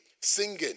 Singing